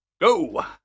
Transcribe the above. go